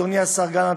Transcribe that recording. אדוני השר גלנט,